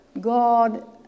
God